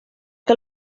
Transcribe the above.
que